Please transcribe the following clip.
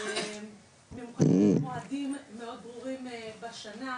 ממוקדות מועדים מאוד ברורים בשנה,